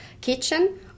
kitchen